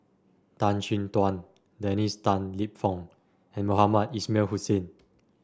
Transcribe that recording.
Tan Chin Tuan Dennis Tan Lip Fong and Mohamed Ismail Hussain